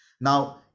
now